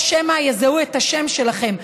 או שמא יזהו את השם שלכן.